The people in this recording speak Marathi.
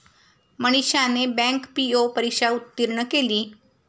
मनीषाने बँक पी.ओ परीक्षा उत्तीर्ण केली